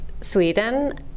Sweden